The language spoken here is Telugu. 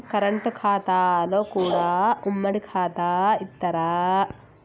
కరెంట్ ఖాతాలో కూడా ఉమ్మడి ఖాతా ఇత్తరా?